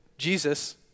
Jesus